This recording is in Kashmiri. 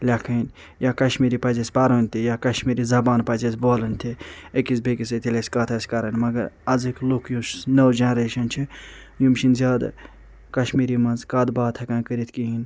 لیٚکھٕنۍ یا کشمیری پَزِ اسہِ پَرُن تہِ یا کشمیری زبان پَزِ اسہِ بولٕنۍ تہِ أکِس بیٚیِس سۭتۍ ییٚلہِ اسہِ کَتھ آسہِ کَرٕنۍ مگر آزٕکۍ لوٗکھ یُس نٔوٚو جنریٚشن چھِ یِم چھِنہٕ زیادٕ کشمیری منٛز کَتھ باتھ ہیٚکان کٔرِتھ کِہیٖنۍ